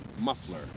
Muffler